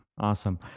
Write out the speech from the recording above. awesome